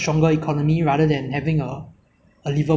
like make singapore a livable place ah not not just a place to earn money